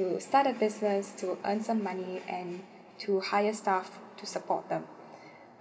to start a business to earn some money and to hire stuff to support them